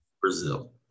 Brazil